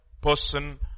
person